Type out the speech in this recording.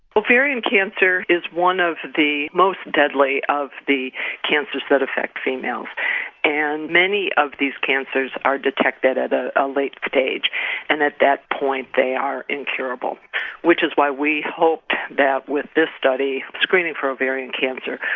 ovarian cancer is one of the most deadly of the cancers that affects females and many of these cancers are detected at a ah late stage and at that point they are incurable which is why we hoped that with this study, screening for ovarian cancer,